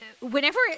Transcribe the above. whenever